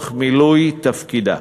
לצורך מילוי תפקידה.